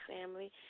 family